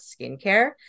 skincare